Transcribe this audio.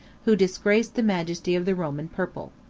who disgraced the majesty of the roman purple.